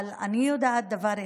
אבל אני יודעת דבר אחד,